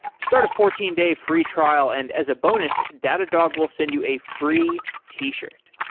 start a fourteen day free trial, and as a bonus, datadog will send you a free t-shirt.